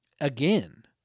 again